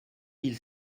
mille